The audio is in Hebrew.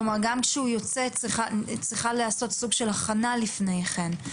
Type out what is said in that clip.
כלומר גם כשהוא יוצא צריכה להיעשות סוג של הכנה לפני כן,